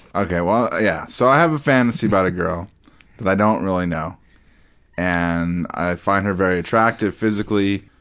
okay. well, yeah. so i have a fantasy about a girl that i don't really know and i find her very attractive, physically.